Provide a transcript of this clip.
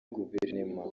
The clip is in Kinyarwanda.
guverinoma